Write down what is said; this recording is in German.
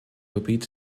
gebiet